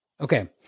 Okay